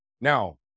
Now